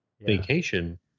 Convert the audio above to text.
vacation